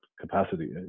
capacity